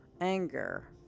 anger